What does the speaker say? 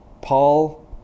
Paul